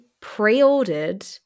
pre-ordered